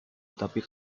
tetapi